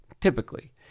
typically